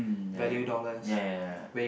mm ya ya ya ya